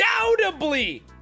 undoubtedly